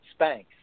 Spanx